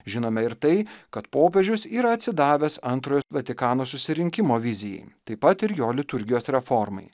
žinome ir tai kad popiežius yra atsidavęs antrojo vatikano susirinkimo vizijai taip pat ir jo liturgijos reformai